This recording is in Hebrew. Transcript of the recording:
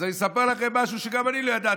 אז אני אספר לכם משהו שגם אני לא ידעתי,